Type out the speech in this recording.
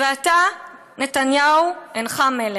ואתה, נתניהו, אינך מלך.